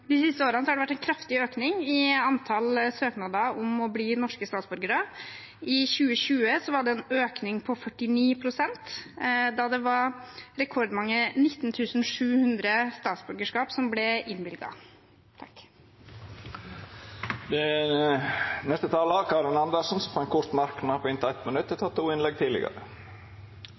de siste årene har det vært en kraftig økning i antall søknader om å bli norske statsborgere. I 2020 var det en økning på 49 pst. Da var det rekordmange 19 700 statsborgerskap som ble innvilget. Representanten Karin Andersen har hatt ordet to gonger tidlegare og får ordet til ein kort merknad, avgrensa til 1 minutt.